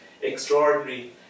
extraordinary